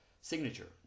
signature